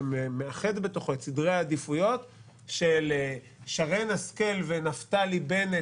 שמאחד בתוכו את סדרי העדיפויות של שרן השכל ונפתלי בנט,